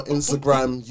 Instagram